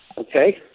Okay